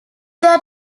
their